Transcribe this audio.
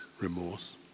remorse